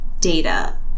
data